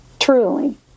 Truly